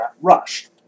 rushed